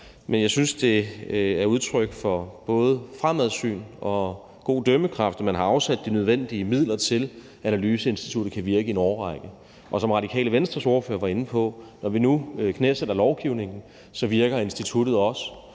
men jeg synes, at det er udtryk for både fremsyn og god dømmekraft, at man har afsat de nødvendige midler til, at analyseinstituttet kan virke i en årrække. Når vi nu knæsætter lovgivningen – som Radikale Venstres ordfører var inde på – virker instituttet også